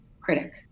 critic